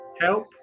help